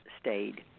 stayed